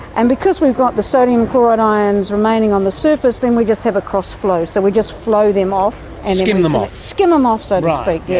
and because we've got the sodium chloride ions remaining on the surface, then we just have a cross flow. so we just flow them off and. skim them off. skim them off, so to speak, yeah